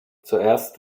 zuerst